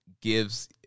gives